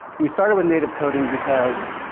we started with native coding because,